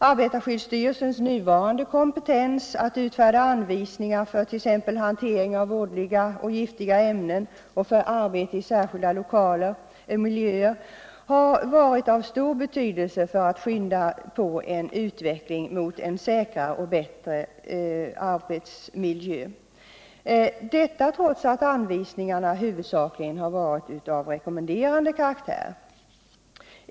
Arbetarskyddsstyrelsens nuvarande kompetens att utfärda anvisningar för t.ex. hantering av vådliga och giftiga ämnen och för arbete i särskilda lokaler eller miljöer har varit av stor betydelse för att påskynda en utveckling mot en säkrare och bättre arbetsmiljö — detta trots att anvisningarna huvudsakligen har varit av rekommenderande karaktär.